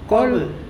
call [pe]